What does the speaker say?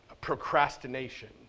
procrastination